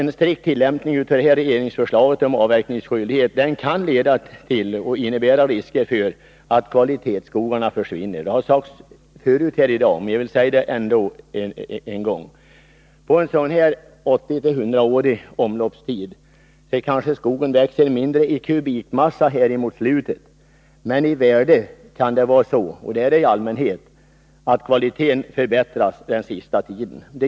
En strikt tillämpning av regeringens förslag om avverkningsskyldighet kan leda till och innebära risker för att kvalitetsskogarna försvinner. Det har sagts förut här i dag, men jag vill säga det än en gång. På en 80-årig eller 100-årig omloppstid kanske skogen växer mindre i kubikmassa räknat mot slutet av perioden, men värdemässigt kan — och det är så i allmänhet — kvaliteten förbättras under den sista tiden.